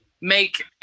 make